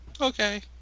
Okay